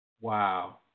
Wow